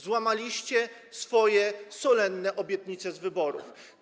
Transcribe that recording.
Złamaliście swoje solenne obietnice z wyborów.